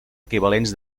equivalents